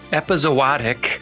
epizootic